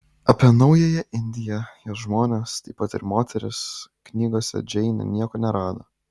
apie naująją indiją jos žmones taip pat ir moteris knygose džeinė nieko nerado